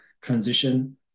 transition